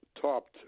topped